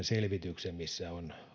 selvityksen missä on